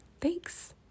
Thanks